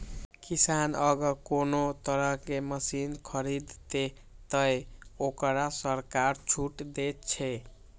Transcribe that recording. किसान अगर कोनो तरह के मशीन खरीद ते तय वोकरा सरकार छूट दे छे?